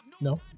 No